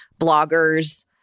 bloggers